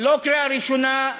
לא קריאה ראשונה,